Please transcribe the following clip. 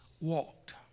walked